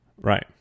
Right